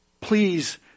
Please